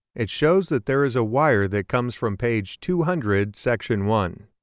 it shows that there is a wire that comes from page two hundred section one.